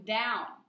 down